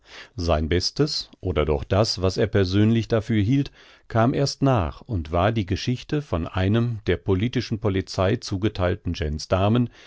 sein bestes oder doch das was er persönlich dafür hielt kam erst nach und war die geschichte von einem der politischen polizei zugetheilten